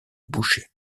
boucher